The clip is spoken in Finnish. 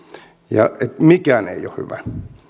mikään ei ole hyvä